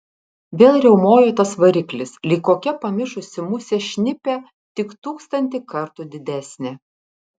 vėl riaumojo tas variklis lyg kokia pamišusi musė šnipė tik tūkstantį kartų didesnė